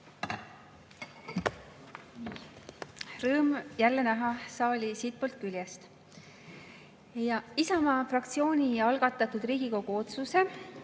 Rõõm jälle näha saali siitpoolt küljest! Isamaa fraktsiooni algatatud Riigikogu otsuse